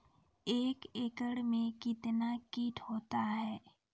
एक एकड मे कितना फीट होता हैं?